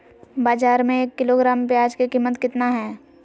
बाजार में एक किलोग्राम प्याज के कीमत कितना हाय?